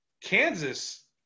Kansas